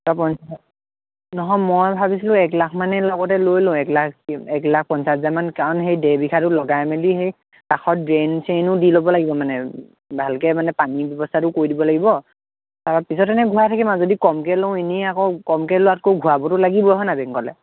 নহয় মই ভাবিছিলোঁ এক লাখ মানেই লগতে লৈ লওঁ এক লাখ এক লাখ পঞ্চাছ হাজাৰমান কাৰণ সেই ডেৰবিঘাটো লগাই মেলি হেই কাষত ড্ৰেইন চেইনো দি ল'ব লাগিব মানে ভালকৈ মানে পানীৰ ব্যৱস্থাটো কৰি দিব লাগিব আৰু পিছত এনে ঘূৰাই থাকিম আৰু যদি কমকৈ লওঁ এনেই আকৌ কমকৈ লোৱাতকৈ ঘূৰাবতো লাগিবই হয় নাই বেংকলৈ